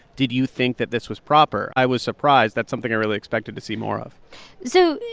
did you think that this was proper? i was surprised. that's something i really expected to see more of so,